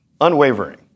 unwavering